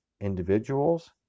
individuals